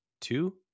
Two